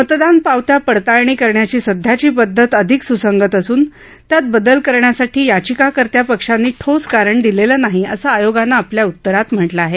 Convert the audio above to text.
मतदान पावत्या पडताळणी करण्याची सध्याची पद्धत अधिक सुसंगत असून त्यात बदल करण्यासाठी याचिकाकर्त्या पक्षांनी ठोस कारण दिलेलं नाही असं आयोगानं आपल्या उत्तरात म्हात्रिं आहे